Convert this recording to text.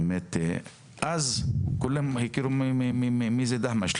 אז כולם הכירו מי זה דהמש.